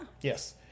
Yes